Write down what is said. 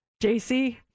JC